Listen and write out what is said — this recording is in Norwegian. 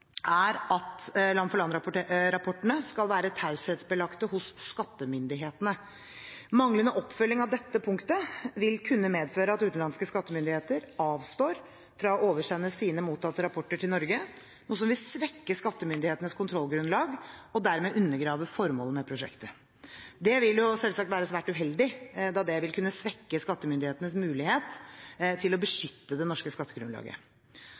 er at land-for-land-rapportene skal være taushetsbelagte hos skattemyndighetene. Manglende oppfølging av dette punktet vil kunne medføre at utenlandske skattemyndigheter avstår fra å oversende sine mottatte rapporter til Norge, noe som vil svekke skattemyndighetenes kontrollgrunnlag og dermed undergrave formålet med prosjektet. Det vil jo selvsagt være svært uheldig, da det vil kunne svekke skattemyndighetenes mulighet til å beskytte det norske skattegrunnlaget.